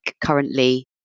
currently